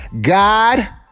God